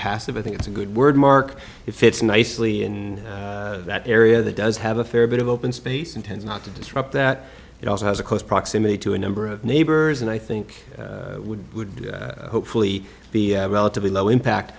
passive i think it's a good word mark it fits nicely in that area that does have a fair bit of open space and tends not to disrupt that it also has a close proximity to a number of neighbors and i think would hopefully be relatively low impact